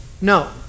No